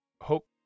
hope